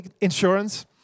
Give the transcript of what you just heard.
insurance